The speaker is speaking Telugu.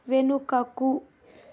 వెనుకకు